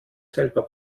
selber